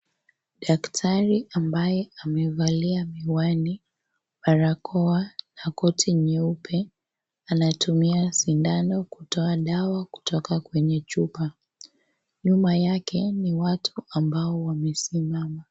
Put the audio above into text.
Daktari ambaye amevalia miwani, barakoa na koti nyeupe anatumia sindano kutoa dawa kutoka kwenye chupa nyuma yake ni watu ambao wamesimama.